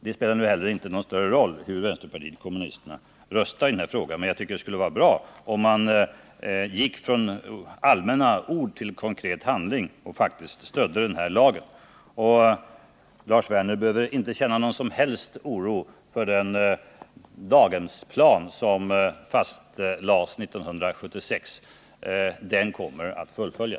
Det spelar nu inte heller någon större roll hur vänsterpartiet kommunisterna röstar i den här frågan, men jag tycker att det skulle vara bra om man gick från allmänna ord till konkret handling och stödde jämställdhetslagen. Och Lars Werner behöver inte känna någon som helst oro för den daghemsplan som fast!ades 1976. Den är vi inriktade på att fullfölja.